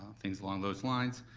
things along those lines.